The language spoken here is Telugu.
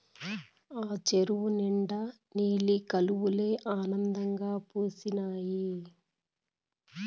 ఆ చెరువు నిండా నీలి కలవులే అందంగా పూసీనాయి